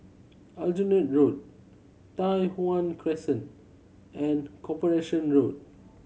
Aljunied Road Tai Hwan Crescent and Corporation Road